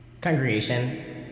Congregation